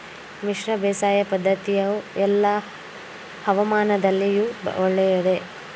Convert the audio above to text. ಮಿಶ್ರ ಬೇಸಾಯ ಪದ್ದತಿಯು ಎಲ್ಲಾ ಹವಾಮಾನದಲ್ಲಿಯೂ ಒಳ್ಳೆಯದೇ?